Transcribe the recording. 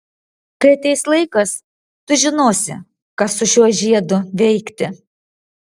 kai ateis laikas tu žinosi ką su šiuo žiedu veikti